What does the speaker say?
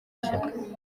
ishyaka